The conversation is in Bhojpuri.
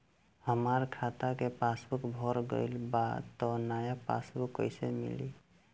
हमार खाता के पासबूक भर गएल बा त नया पासबूक कइसे मिली?